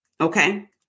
Okay